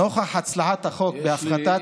נוכח הצלחת החוק בהפחתת,